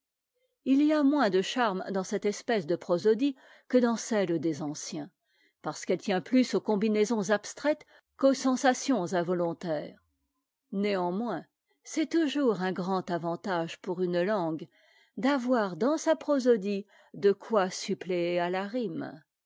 il y a moins de charme dans cette espèce de prosodie que dans celle des anciens parce qu'elle tient plus aux combinaisons abstraites qu'aux sensations involontaires néanmoins c'est toujours un grand avantage pour une langue d'avoir dans sa prosodie de quoi suppléer à ta rime